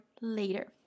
later